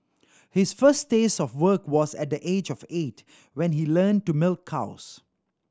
his first taste of work was at the age of eight when he learned to milk cows